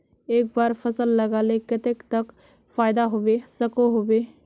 एक बार फसल लगाले कतेक तक फायदा होबे सकोहो होबे?